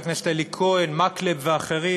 חברי הכנסת אלי כהן, מקלב ואחרים.